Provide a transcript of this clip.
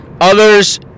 others